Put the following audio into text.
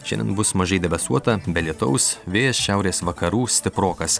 šiandien bus mažai debesuota be lietaus vėjas šiaurės vakarų stiprokas